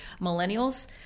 millennials